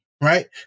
Right